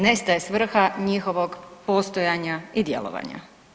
Nestaje svrha njihovog postojanja i djelovanja.